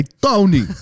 Tony